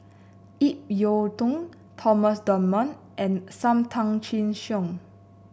Ip Yiu Tung Thomas Dunman and Sam Tan Chin Siong